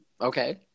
Okay